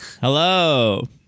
Hello